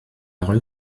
rue